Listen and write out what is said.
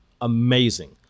amazing